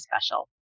special